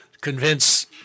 convince